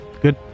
Good